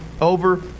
over